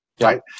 right